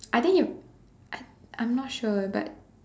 I think it I'm I'm not sure but